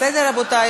בסדר, רבותי.